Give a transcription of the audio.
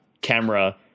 camera